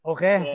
Okay